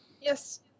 Yes